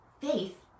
Faith